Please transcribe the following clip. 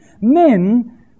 Men